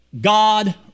God